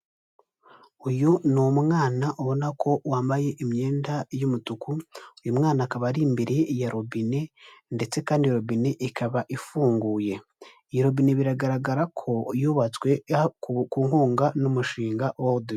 Uyu ni umwana ubona ko wambaye imyenda y'umutuku, uyu mwana akaba ari imbere ya robine, ndetse kandi robine ikaba ifunguye, iyo robine biragaragara ko yubatswe ku nkunga n'umushinga wodi.